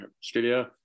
Studio